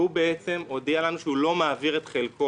והוא הודיע לנו שהוא לא מעביר את חלקו,